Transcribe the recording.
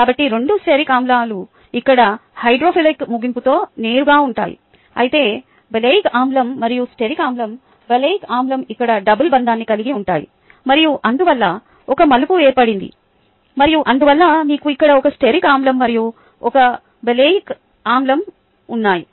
కాబట్టి రెండు స్టెరిక్ ఆమ్లాలు ఇక్కడ హైడ్రోఫిలిక్ ముగింపుతో నేరుగా ఉంటాయి అయితే ఒలేయిక్ ఆమ్లం మరియు స్టెరిక్ ఆమ్లం ఒలేయిక్ ఆమ్లం ఇక్కడ డబుల్ బంధాన్ని కలిగి ఉంటాయి మరియు అందువల్ల ఒక మలుపు ఏర్పడింది మరియు అందువల్ల మీకు ఇక్కడ ఒక స్టెరిక్ ఆమ్లం మరియు ఒక ఒలేయిక్ ఆమ్లం ఉన్నాయి